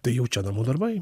tai jau čia namų darbai